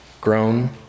grown